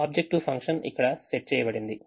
objective function ఇక్కడ set చేయబడింది